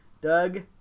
doug